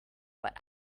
but